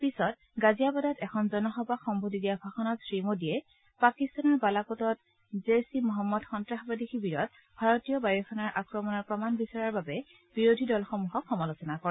পিছত গাজিয়াবাদত এখন জনসভাক সম্বোধি দিয়া ভাষণক শ্ৰীমোডীয়ে পাকিস্তানৰ বালাকোটত জইচ ঈ মহম্মদ সন্নাসবাদী শিৱিৰত ভাৰতীয় বায়ুসেনাৰ আক্ৰমণৰ প্ৰমাণ বিচৰাৰ বাবে বিৰোধী দলসমূহক সমালোচনা কৰে